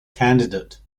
candidate